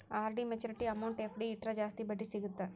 RD maturity amount FD ಇಟ್ರ ಜಾಸ್ತಿ ಬಡ್ಡಿ ಸಿಗತ್ತಾ